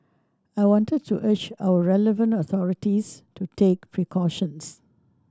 I wanted to urge our relevant authorities to take precautions